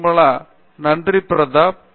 நிர்மலா நன்றி பிரதாப்